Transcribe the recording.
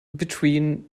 between